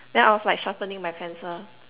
then I was like sharpening my pencil